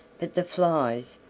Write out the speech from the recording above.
but the flies,